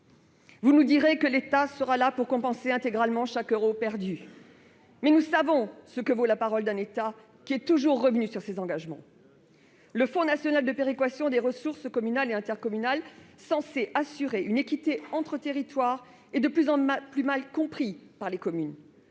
Vous nous direz que l'État sera là pour compenser intégralement chaque euro perdu, mais nous savons ce que vaut la parole d'un État qui est toujours revenu sur ses engagements. Le Fonds national de péréquation des ressources intercommunales et communales (FPIC), censé assurer une équité entre territoires, est de plus en plus mal compris par les communes.